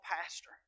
pastor